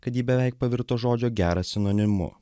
kad ji beveik pavirto žodžio geras sinonimu